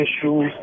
issues